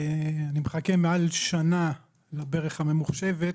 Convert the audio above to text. אני מחכה מעל שנה לברך הממוחשבת,